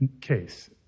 case